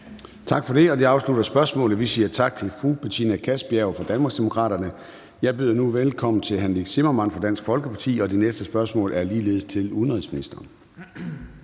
Tak for det. Det afslutter spørgsmålet, og vi siger tak til fru Betina Kastbjerg fra Danmarksdemokraterne. Jeg byder nu velkommen til hr. Nick Zimmermann fra Dansk Folkeparti. Det næste spørgsmål er ligeledes til udenrigsministeren.